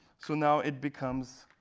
so now, it becomes